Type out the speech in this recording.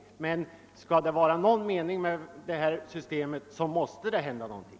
Skall det vara någon mening med detta system, så måste det hända någonting.